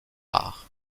art